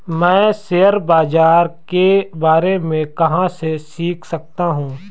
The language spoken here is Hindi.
मैं शेयर बाज़ार के बारे में कहाँ से सीख सकता हूँ?